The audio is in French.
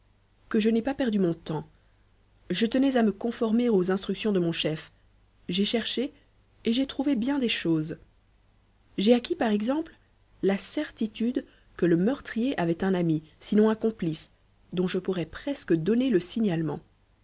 que je n'ai pas perdu mon temps je tenais à me conformer aux instructions de mon chef j'ai cherché et j'ai trouvé bien des choses j'ai acquis par exemple la certitude que le meurtrier avait un ami sinon un complice dont je pourrais presque donner le signalement